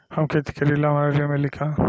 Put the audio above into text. हम खेती करीले हमरा ऋण मिली का?